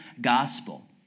gospel